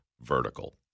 vertical